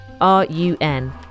R-U-N